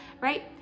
right